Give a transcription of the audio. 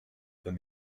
than